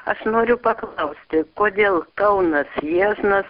aš noriu paklausti kodėl kaunas jieznas